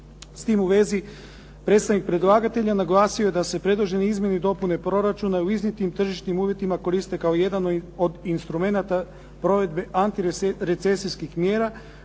S tim u vezi, predstavnik predlagatelja naglasio je da se predložene izmjene i dopune proračuna u iznijetim tržišnim uvjetima koriste kao jedan od instrumenata provedbe antirecesijskih mjera